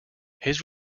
his